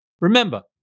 Remember